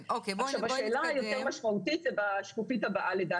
לדעתי השאלה היותר משמעותית היא בשקופית הבאה.